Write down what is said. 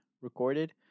Recorded